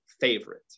favorite